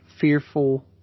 fearful